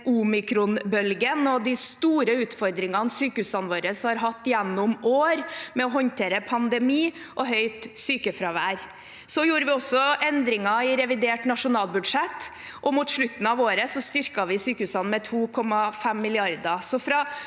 omikronbølgen og de store utfordringene sykehusene våre har hatt gjennom år med å håndtere pandemi og høyt sykefravær. Vi gjorde også endringer i revidert nasjonalbudsjett, og mot slutten av året styrket vi sykehusene med 2,5 mrd.